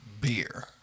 beer